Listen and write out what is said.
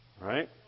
Right